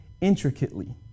intricately